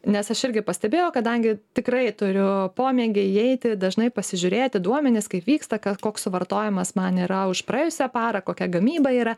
nes aš irgi pastebėjau kadangi tikrai turiu pomėgį įeiti dažnai pasižiūrėti duomenis kaip vyksta kas koks suvartojimas man yra už praėjusią parą kokia gamyba yra